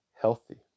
healthy